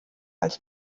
als